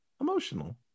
emotional